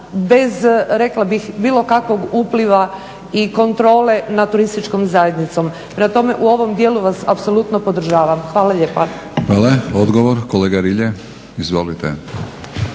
bez rekla bih bilo kakvog upliva i kontrole nad turističkom zajednicom. Prema tome, u ovom dijelu vas apsolutno podržavam. Hvala lijepa. **Batinić, Milorad (HNS)** Hvala.